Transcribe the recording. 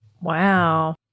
Wow